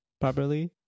properly